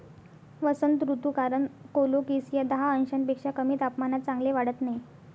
वसंत ऋतू कारण कोलोकेसिया दहा अंशांपेक्षा कमी तापमानात चांगले वाढत नाही